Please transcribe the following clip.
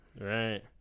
right